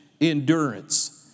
endurance